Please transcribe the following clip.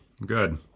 Good